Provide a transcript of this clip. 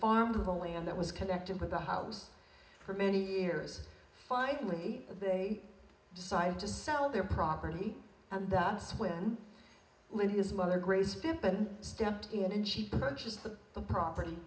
the land that was connected with the house for many years finally they decided to sell their property and that's when when his mother graze phippen stepped in and she purchased the the property